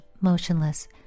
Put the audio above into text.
motionless